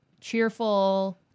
cheerful